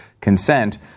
consent